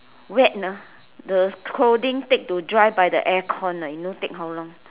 wet ah the clothing take to dry by the aircon ah you know take how long